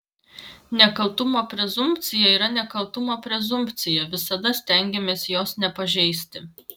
nekaltumo prezumpcija yra nekaltumo prezumpcija visada stengiamės jos nepažeisti